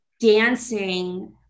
dancing